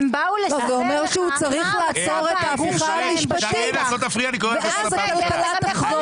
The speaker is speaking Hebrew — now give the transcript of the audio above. זה אומר שהוא צריך לעצור את ההפיכה המשפטית ואז הכלכלה תחזור